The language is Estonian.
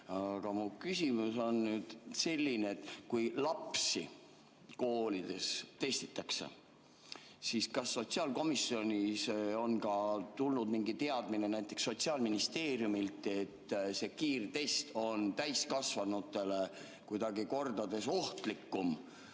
Aga mu küsimus on selline. Kui lapsi koolides testitakse, siis kas sotsiaalkomisjoni on tulnud mingi teadmine näiteks Sotsiaalministeeriumilt, et kiirtest on täiskasvanutele kuidagi kordades ohtlikum